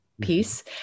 piece